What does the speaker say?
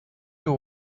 you